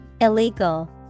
Illegal